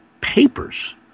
papers